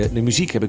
and music? but